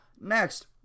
Next